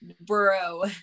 bro